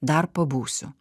dar pabūsiu